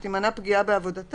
שזה לחלוטין רחוק ממה שהיה במרץ.